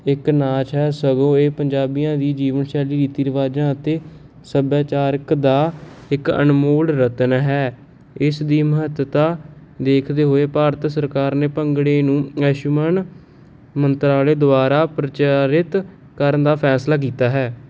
ਇੱਕ ਨਾਚ ਹੈ ਸਗੋਂ ਇਹ ਪੰਜਾਬੀਆਂ ਦੀ ਜੀਵਨ ਸ਼ੈਲੀ ਰੀਤੀ ਰਿਵਾਜਾਂ ਅਤੇ ਸੱਭਿਆਚਾਰ ਦਾ ਇੱਕ ਅਨਮੋਲ ਰਤਨ ਹੈ ਇਸ ਦੀ ਮਹੱਤਤਾ ਦੇਖਦੇ ਹੋਏ ਭਾਰਤ ਸਰਕਾਰ ਨੇ ਭੰਗੜੇ ਨੂੰ ਆਯੁਸ਼ਮਾਨ ਮੰਤਰਾਲੇ ਦੁਆਰਾ ਪ੍ਰਚਾਰਿਤ ਕਰਨ ਦਾ ਫੈਸਲਾ ਕੀਤਾ ਹੈ